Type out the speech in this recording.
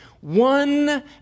One